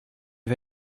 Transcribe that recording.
vas